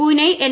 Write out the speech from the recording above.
Pune N